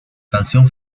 canción